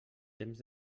temps